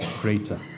greater